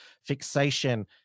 fixation